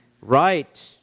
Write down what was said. right